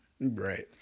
Right